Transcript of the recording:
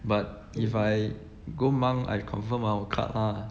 but if I go monk I confirm I will cut lah